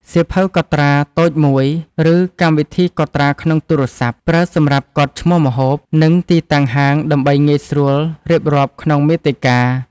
សៀវភៅកត់ត្រាតូចមួយ ឬកម្មវិធីកត់ត្រាក្នុងទូរស័ព្ទ ប្រើសម្រាប់កត់ឈ្មោះម្ហូប និងទីតាំងហាងដើម្បីងាយស្រួលរៀបរាប់ក្នុងមាតិកា។